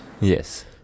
Yes